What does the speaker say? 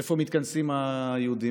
איפה מתכנסים היהודים?